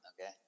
okay